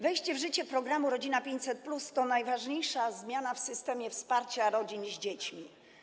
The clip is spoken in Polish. Wejście w życie programu „Rodzina 500+” to najważniejsza zmiana w systemie wsparcia rodzin z dziećmi.